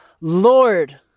Lord